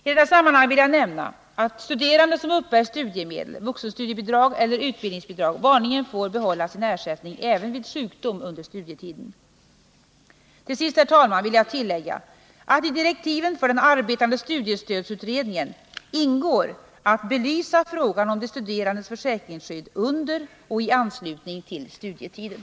I detta sammanhang vill jag nämna att studerande som uppbär studiemedel, vuxenstudiebidrag eller utbildningsbidrag vanligen får behålla sin ersättning även vid sjukdom under studietiden. Jag vill tillägga att i direktiven för den arbetande studiestödsutredningen ingår att belysa frågan om de studerandes försäkringsskydd under och i anslutning till studietiden.